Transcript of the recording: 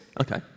Okay